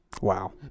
Wow